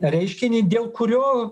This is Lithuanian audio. reiškinį dėl kurio